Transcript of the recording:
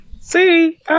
See